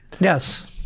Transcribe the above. Yes